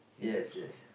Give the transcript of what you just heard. yes yes